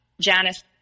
Janice